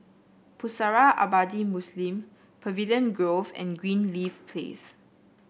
Pusara Abadi Muslim Pavilion Grove and Greenleaf Place